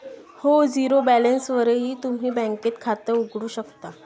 हो, झिरो बॅलन्सवरही तुम्ही बँकेत खातं उघडू शकता